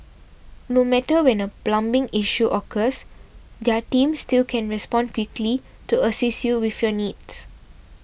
no matter when a plumbing issue occurs their team still can respond quickly to assist you with your needs